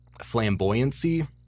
flamboyancy